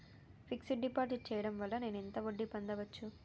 Fix డ్ deposit చేయటం వల్ల నేను ఎంత వడ్డీ పొందచ్చు?